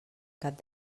cap